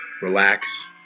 Relax